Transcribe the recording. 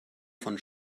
von